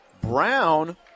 Brown